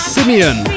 Simeon